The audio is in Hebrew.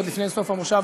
עוד לפני סוף המושב,